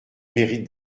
mérite